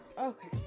Okay